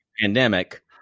pandemic